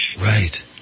Right